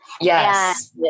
yes